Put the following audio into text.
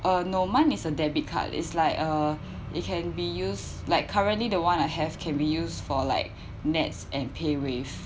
uh no mine is a debit card is like uh it can be used like currently the one I have can be used for like NETS and payWave